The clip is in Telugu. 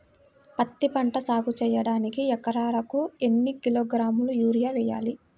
పత్తిపంట సాగు చేయడానికి ఎకరాలకు ఎన్ని కిలోగ్రాముల యూరియా వేయాలి?